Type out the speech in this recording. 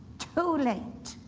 too late.